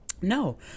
No